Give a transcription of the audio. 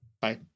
Bye